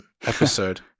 episode